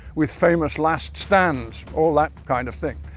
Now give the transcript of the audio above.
with famous last stands, all that kind of thing.